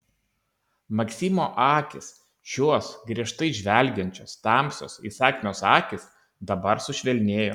maksimo akys šios griežtai žvelgiančios tamsios įsakmios akys dabar sušvelnėjo